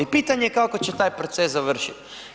I pitanje je kako će taj proces završiti.